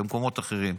במקומות אחרים,